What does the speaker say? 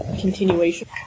continuation